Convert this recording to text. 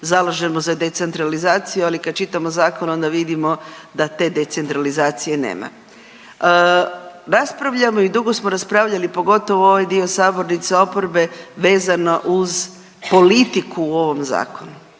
zalažemo za decentralizaciju. Ali kada čitamo zakon onda vidimo da te decentralizacije nema. Raspravljamo i dugo smo raspravljali pogotovo ovaj dio sabornice oporbe vezano uz politike u ovom zakonu